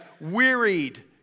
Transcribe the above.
wearied